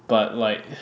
but like